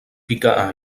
pica